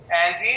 Andy